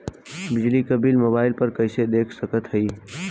बिजली क bill mobile पर कईसे देख सकत हई?